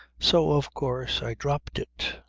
so of course i dropped it.